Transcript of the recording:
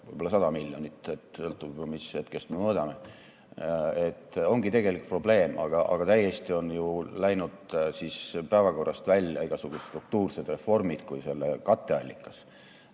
võib-olla 100 miljonit, sõltub, mis hetkest me mõõdame. See ongi tegelik probleem. Aga täiesti on ju läinud päevakorrast välja igasugused struktuursed reformid kui selle katteallikas.